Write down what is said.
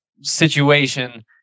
situation